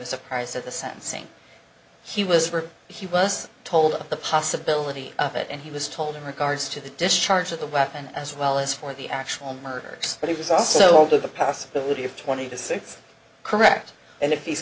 was surprised at the sentencing he was for he was told of the possibility of it and he was told in regards to the discharge of the weapon as well as for the actual murders but he was also the possibility of twenty to six correct and if he's